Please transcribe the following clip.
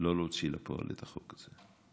לא להוציא לפועל את החוק הזה.